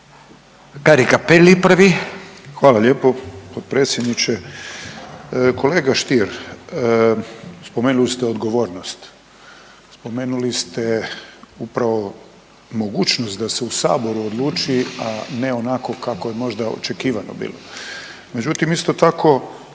Gari (HDZ)** Hvala lijepo potpredsjedniče. Kolega Stier, spomenuli ste odgovornost, spomenuli ste upravo mogućnost da se u Saboru odluči a ne onako kako je možda očekivano bilo. Međutim, isto tako